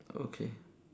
okay